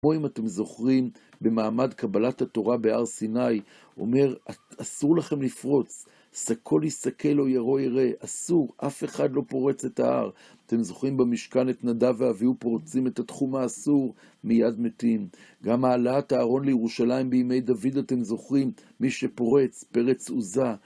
כמו אם אתם זוכרים, במעמד קבלת התורה בהר סיני. אומר, אסור לכם לפרוץ, סקול ייסקל או ירה יירה, אסור, אף אחד לא פורץ את ההר. אתם זוכרים במשכן את נדב ואביהוא פורצים את התחום האסור, מיד מתים. גם העלאת הארון לירושלים בימי דוד אתם זוכרים, מי שפורץ, פרץ עוזה.